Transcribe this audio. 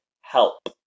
help